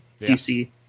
dc